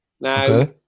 Now